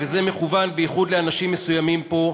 וזה מכוון בייחוד לאנשים מסוימים פה,